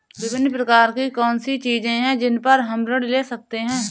विभिन्न प्रकार की कौन सी चीजें हैं जिन पर हम ऋण ले सकते हैं?